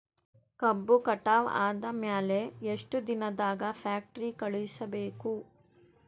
ಕಬ್ಬು ಕಟಾವ ಆದ ಮ್ಯಾಲೆ ಎಷ್ಟು ದಿನದಾಗ ಫ್ಯಾಕ್ಟರಿ ಕಳುಹಿಸಬೇಕು?